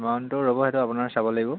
এমউণ্টটো ৰ'ব সেইটো আপোনাৰ চাব লাগিব